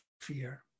fear